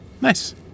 nice